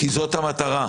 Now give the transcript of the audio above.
כי זאת המטרה.